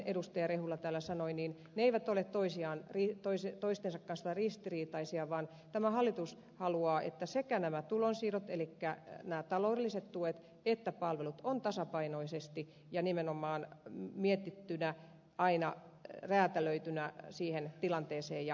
rehula täällä sanoi ne eivät ole toistensa kanssa ristiriitaisia vaan tämä hallitus haluaa että sekä nämä tulonsiirrot elikkä nämä taloudelliset tuet että palvelut ovat tasapainossa ja nimenomaan aina mietittyinä ja räätälöityinä siihen tilanteeseen ja tarveperustaisesti